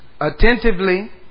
attentively